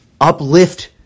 uplift